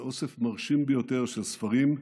זה אוסף מרשים ביותר של ספרים,